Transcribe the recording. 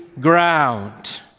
ground